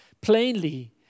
plainly